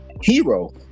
hero